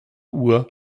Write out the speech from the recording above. uhr